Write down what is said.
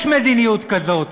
יש מדיניות כזאת.